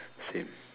same